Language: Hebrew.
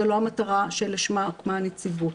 זו לא המטרה שלשמה הוקמה הנציבות.